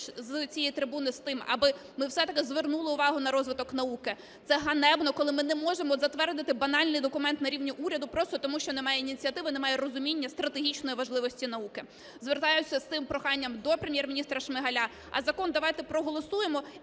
з цієї трибуни з тим, аби ми все-таки звернули увагу на розвиток науки. Це ганебно, коли ми не можемо затвердити банальний документ на рівні уряду просто тому, що немає ініціативи, немає розуміння стратегічної важливості науки. Звертаюся з цим проханням до Прем'єр-міністра Шмигаля, а закон давайте проголосуємо,